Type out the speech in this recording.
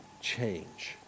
change